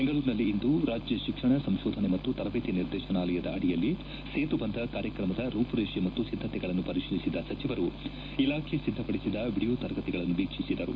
ಬೆಂಗಳೂರಿನಲ್ಲಿಂದು ರಾಜ್ಯ ಶಿಕ್ಷಣ ಸಂಶೋಧನೆ ಮತ್ತು ತರಬೇತಿ ನಿರ್ದೇತನಾಲಯದ ಅಡಿಯಲ್ಲಿ ಸೇತುಬಂಧ ಕಾರ್ಯಕ್ರಮದ ರೂಪುರೇಷೆ ಮತ್ತು ಸಿದ್ದತೆಗಳನ್ನು ಪರಿಶೀಲಿಸಿದ ಸಚಿವರು ಇಲಾಖೆ ಸಿದ್ದಪಡಿಸಿದ ವಿಡಿಯೋ ತರಗತಿಗಳನ್ನು ವೀಕ್ಷಿಸಿದರು